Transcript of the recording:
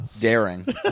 daring